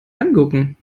angucken